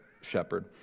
shepherd